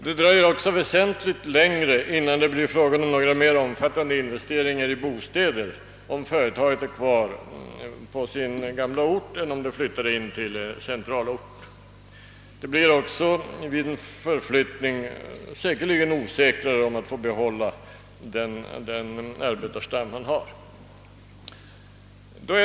Det dröjer också väsentligt längre innan det blir fråga om mera omfattande investeringar i bostäder om företaget är kvar på sin gamla ort än om det flyttar in till centralorten. Vid en förflyttning blir det säkerligen också svårare att behålla den hittillsvarande arbetarstammen.